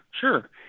sure